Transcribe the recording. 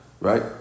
Right